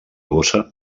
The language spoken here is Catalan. bossa